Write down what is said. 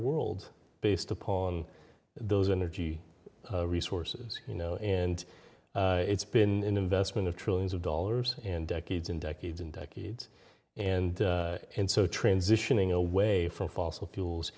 world based upon those energy resources you know and it's been in investment of trillions of dollars and decades and decades and decades and and so transitioning away from fossil fuels